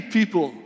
people